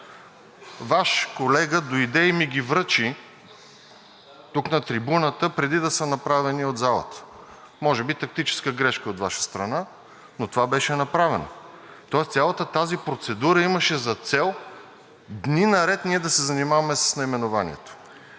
Ваш колега дойде и ми ги връчи тук, на трибуната, преди да са направени от залата. Може би тактическа грешка от Ваша страна, но това беше направено. Тоест цялата тази процедура имаше за цел дни наред ние да се занимаваме с наименованието.